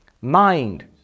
Mind